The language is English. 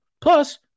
Plus